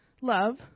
love